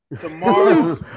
tomorrow